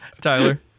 Tyler